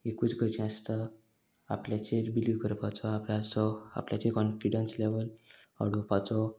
एकूच करचे आसता आपल्याचेर बिलीव करपाचो आपल्याचो आपल्याचेर कॉनफिडंस लेवल ऑडोवपाचो